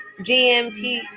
GMT